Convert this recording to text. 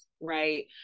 right